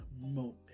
moment